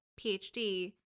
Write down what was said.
phd